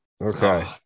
Okay